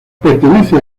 pertenece